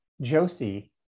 Josie